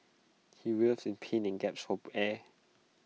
he writhed in pain and gasped for air